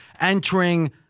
entering